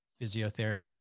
physiotherapy